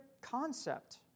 concept